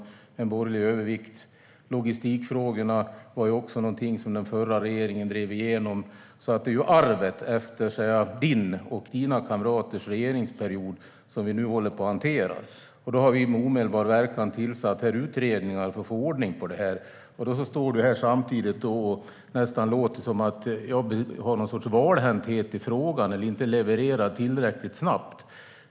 Det var en borgerlig övervikt för det beslutet. Logistikfrågorna var också någonting som den förra regeringen drev igenom. Det är alltså arvet efter din och dina kamraters regeringsperiod som vi nu håller på att hantera, Oscarsson. Vi har med omedelbar verkan tillsatt utredningar för att få ordning på det här. Samtidigt står du här och nästan låter som att jag är valhänt i frågan eller inte levererar tillräckligt snabbt.